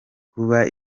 kuba